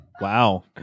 Wow